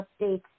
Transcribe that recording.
updates